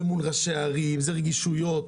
זה מול ראשי ערים, זה רגישויות.